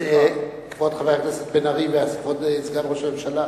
כבוד חבר הכנסת בן-ארי וכבוד סגן ראש הממשלה,